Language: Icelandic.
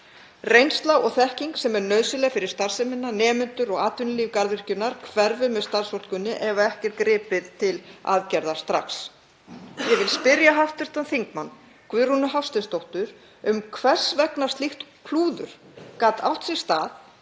Reynsla og þekking sem er nauðsynleg fyrir starfsemina, nemendur og atvinnulíf garðyrkjunnar hverfur með starfsfólkinu ef ekki er gripið til aðgerða strax. Ég vil spyrja hv. þm. Guðrúnu Hafsteinsdóttur hvers vegna slíkt klúður gat átt sér stað